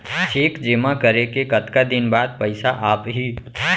Cheque जेमा करें के कतका दिन बाद पइसा आप ही?